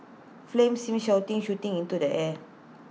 flames seen shooting into the air